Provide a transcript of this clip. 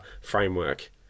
framework